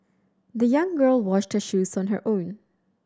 the young girl washed her shoes on her own